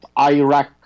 Iraq